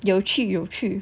有趣有趣